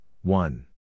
one